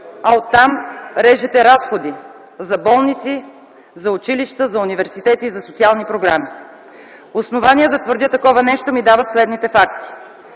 а оттам – режете разходи за болници, за училища, за университети, за социални програми. Основание да твърдя такова нещо ми дават следните факти.